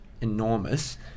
enormous